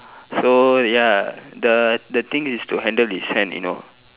so ya the the thing is to handle his hand you know